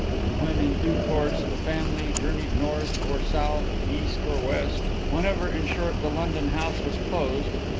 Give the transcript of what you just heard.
and when in due course the family journeyed north or south, east or west whenever, in short, the london house was closed,